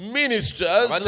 ministers